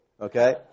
Okay